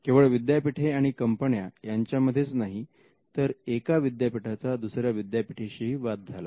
केवळ विद्यापीठे आणि कंपन्या यांच्या मध्येच नाही तर एका विद्यापीठाचा दुसऱ्या विद्यापीठाशी ही वाद झाला